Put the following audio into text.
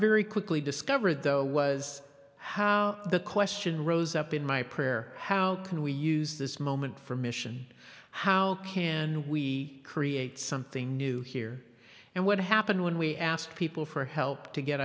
very quickly discovered though was how the question rose up in my prayer how can we use this moment for mission how can we create something new here and what happened when we asked people for help to get